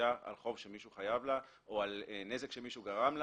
מגישה על חוב שמישהו חייב לה או על נזק שמישהו גרם לה,